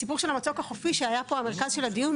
הסיפור של המצוק החופי שהיה פה המרכז של הדיון,